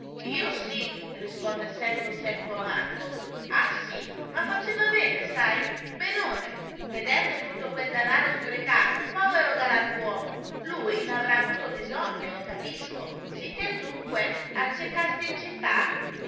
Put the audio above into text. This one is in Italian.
io sì risponde secco secco marco ah sì ma faceva bene sai benone vedendo tutto quel danaro sprecato povero galantuomo lui n'avrà avuto bisogno lo capisco sicché dunque accecasti in città